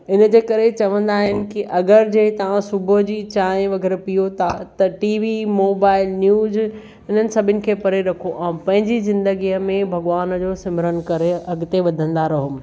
इन जे करे चवंदा आहिनि की अगरि जे तव्हां सुबुह जी चांहि वग़ैरह पीओ था त टीवी मोबाईल न्यूज़ इन्हनि सभिनि खे परे रखो ऐं पंहिंजी ज़िंदगीअ में भॻवान जो सिमरन करे अॻिते वधंदा रहो